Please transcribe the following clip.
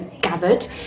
gathered